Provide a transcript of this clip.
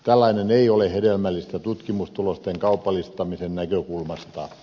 tällainen ei ole hedelmällistä tutkimustulosten kaupallistamisen näkökulmasta